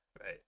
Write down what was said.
right